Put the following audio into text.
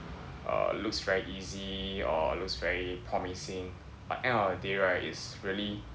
uh looks very easy or looks very promising but end of the day right is really